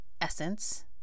essence